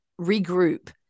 regroup